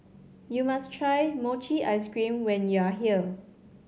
you must try mochi ice cream when you are here